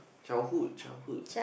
childhood childhood